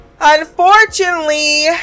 Unfortunately